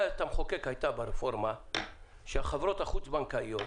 המחוקק הייתה שחברות החוץ בנקאיות